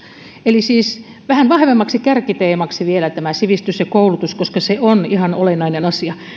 eli siis vähän vahvemmaksi kärkiteemaksi vielä tämä sivistys ja koulutus koska se on ihan olennainen asia